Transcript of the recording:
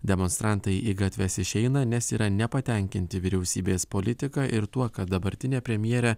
demonstrantai į gatves išeina nes yra nepatenkinti vyriausybės politika ir tuo kad dabartinė premjerė